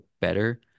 better